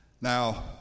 Now